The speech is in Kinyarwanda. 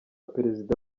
perezida